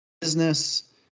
business